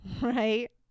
Right